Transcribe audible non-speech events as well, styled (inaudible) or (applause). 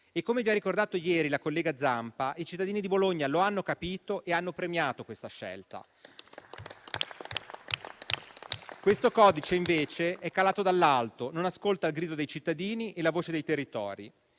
e, come ha già ricordato ieri la collega Zampa, i cittadini di Bologna lo hanno capito e hanno premiato questa scelta. (applause) Questo codice, invece, è calato dall'alto, non ascolta il grido dei cittadini e la voce dei territori.